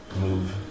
Move